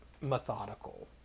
methodical